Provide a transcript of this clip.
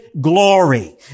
glory